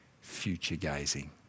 future-gazing